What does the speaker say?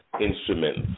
instruments